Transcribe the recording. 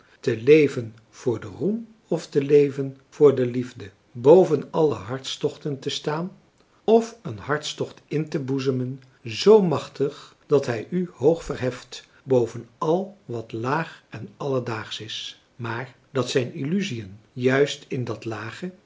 te leven voor den roem of te leven voor de liefde boven alle hartstochten te staan of een hartstocht inteboezemen zoo machtig dat hij u hoog verheft boven al wat laag en alledaagsch is maar dat zijn illusiën juist in dat lage